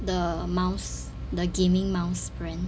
the mouse the gaming mouse brand